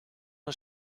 een